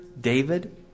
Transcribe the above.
David